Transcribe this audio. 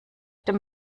den